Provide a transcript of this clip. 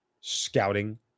scouting